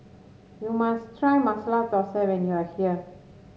you must try Masala Thosai when you are here